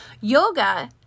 yoga